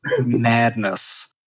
madness